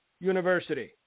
University